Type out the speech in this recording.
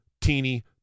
teeny